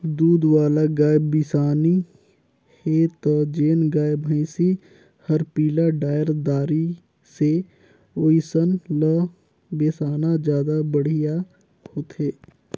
दूद वाला गाय बिसाना हे त जेन गाय, भइसी हर पिला डायर दारी से ओइसन ल बेसाना जादा बड़िहा होथे